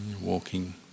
walking